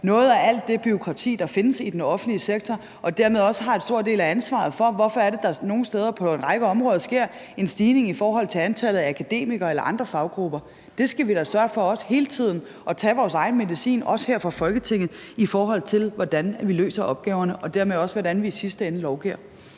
noget af alt det bureaukrati, der findes i den offentlige sektor, og dermed også har en stor del af ansvaret for, hvorfor det er, at der nogle steder på en række områder sker en stigning i antallet af akademikere eller andre faggrupper. Der skal vi da hele tiden sørge for også at tage vores egen medicin, også her i Folketinget, i forhold til hvordan vi løser opgaverne og dermed også hvordan vi i sidste ende lovgiver.